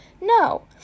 no